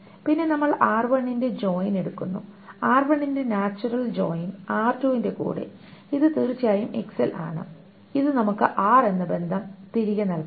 പിന്നെ നമ്മൾ R1 ന്റെ ജോയിൻ എടുക്കുന്നു R1 ന്റെ നാച്ചുറൽ ജോയിൻ R2 ന്റെ കൂടെ ഇത് തീർച്ചയായും X ൽ ആണ് ഇത് നമുക്ക് R എന്ന ബന്ധം തിരികെ നൽകണം